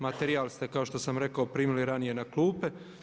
Materijal ste kao što sam rekao primili ranije na klupe.